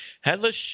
Headless